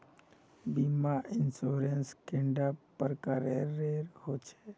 बीमा इंश्योरेंस कैडा प्रकारेर रेर होचे